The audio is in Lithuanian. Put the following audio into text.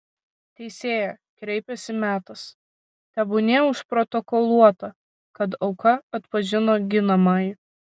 teisėja kreipėsi metas tebūnie užprotokoluota kad auka atpažino ginamąjį